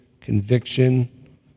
conviction